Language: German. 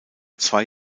zwei